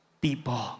people